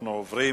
אנחנו עוברים,